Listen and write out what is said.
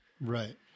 Right